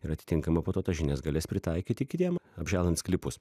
ir atitinkama po to tas žinias galės pritaikyti kitiem apželdant sklypus